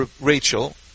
Rachel